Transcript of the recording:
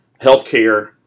healthcare